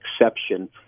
exception